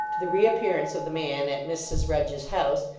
to the reappearance of the man at mrs rudge's house,